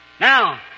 Now